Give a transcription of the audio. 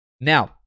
Now